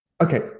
Okay